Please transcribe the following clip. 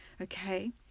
okay